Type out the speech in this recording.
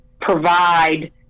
provide